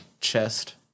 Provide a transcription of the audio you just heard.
chest